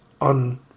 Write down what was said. on